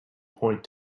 point